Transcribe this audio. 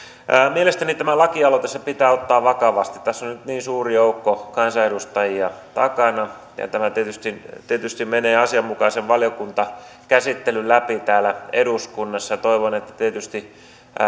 mielestäni tämä lakialoite pitää ottaa vakavasti tässä on nyt niin suuri joukko kansanedustajia takana ja ja tämä tietysti tietysti menee asianmukaisen valiokuntakäsittelyn läpi täällä eduskunnassa toivon että tietysti